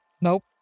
Nope